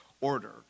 order